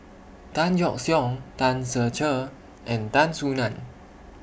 Tan Yeok Seong Tan Ser Cher and Tan Soo NAN